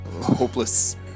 Hopeless